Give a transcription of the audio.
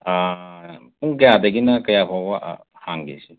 ꯄꯨꯡ ꯀꯌꯥꯗꯒꯤꯅ ꯀꯌꯥꯐꯧꯕ ꯍꯥꯡꯒꯦ ꯁꯦ